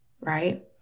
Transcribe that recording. right